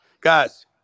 guys